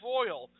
oil